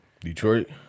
Detroit